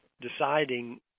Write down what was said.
deciding